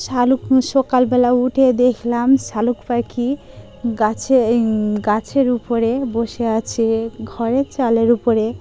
শালুক সকালবেলা উঠে দেখলাম শালুক পাখি গাছে গাছের উপরে বসে আছে ঘরের চালের উপরে